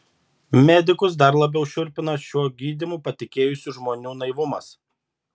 medikus dar labiau šiurpina šiuo gydymu patikėjusių žmonių naivumas